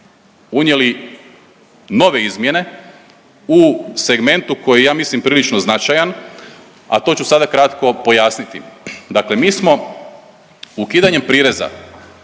unijeli nove izmjene u segmentu koji je ja mislim prilično značajan, a to ću sada kratko pojasniti. Dakle mi smo ukidanjem prireza